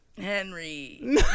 Henry